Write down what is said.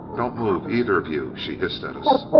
don't move either of you! she hissed at us.